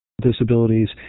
disabilities